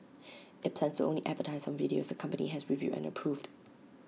IT plans to only advertise on videos the company has reviewed and approved